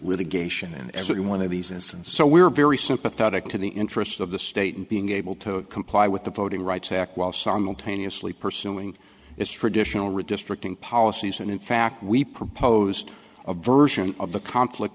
litigation in every one of these instances so we're very sympathetic to the interests of the state and being able to comply with the voting rights act while simultaneously pursuing its traditional redistricting policies and in fact we proposed a version of the conflict